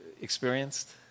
experienced